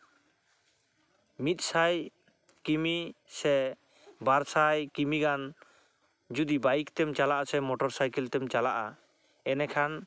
ᱢᱤᱫᱥᱟᱭ ᱠᱤᱢᱤ ᱥᱮ ᱵᱟᱨ ᱥᱟᱭ ᱠᱤᱢᱤ ᱜᱟᱱ ᱡᱩᱫᱤ ᱵᱟᱭᱤᱠ ᱛᱮᱢ ᱪᱟᱞᱟᱜᱼᱟ ᱥᱮ ᱢᱚᱴᱚᱨᱥᱟᱭᱠᱮᱞ ᱛᱮᱢ ᱪᱟᱞᱟᱜᱼᱟ ᱮᱱᱮᱠᱷᱟᱱ